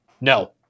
no